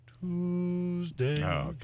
Tuesday